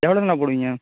எவ்வளோங்கண்ண போடுவீங்க